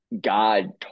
God